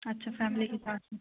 अच्छा फैमिली के साथ में